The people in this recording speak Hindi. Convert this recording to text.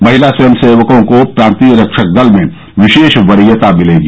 महिला स्वयंसेवकों को प्रंतीय रक्षक दल में विशेष वरीयता मिलेगी